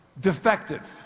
defective